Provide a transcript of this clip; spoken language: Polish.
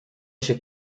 się